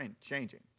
changing